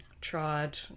tried